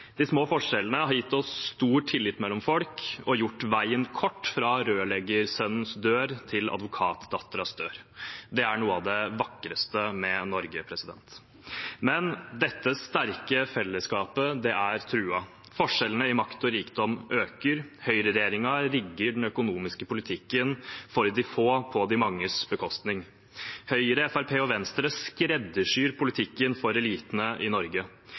De små forskjellene har gitt oss stor tillit mellom folk og gjort veien kort fra rørleggersønnens dør til advokatdatterens dør. Det er noe av det vakreste med Norge. Men dette sterke fellesskapet er truet. Forskjellene i makt og rikdom øker. Høyreregjeringen rigger den økonomiske politikken for de få på de manges bekostning. Høyre, Fremskrittspartiet og Venstre skreddersyr politikken for eliten i Norge.